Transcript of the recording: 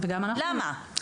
למה?